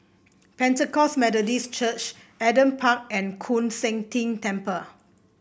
Pentecost Methodist Church Adam Park and Koon Seng Ting Temple